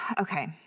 Okay